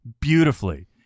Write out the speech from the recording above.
beautifully